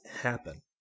happen